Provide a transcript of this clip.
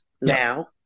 now